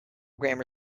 grammar